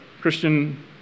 Christian